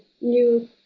new